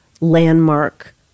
landmark